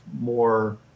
more